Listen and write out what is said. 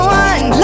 one